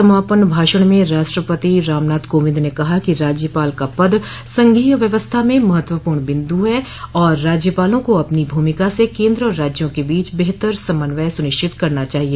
समापन भाषण में राष्ट्रपति रामनाथ कोविंद न कहा कि राज्यपाल का पद संघीय व्यवस्था में महत्वपूर्ण बिन्दु है और राज्यपालों को अपनी भूमिका से केन्द्र और राज्यों के बीच बेहतर समन्वय सुनिश्चित करना चाहिए